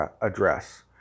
address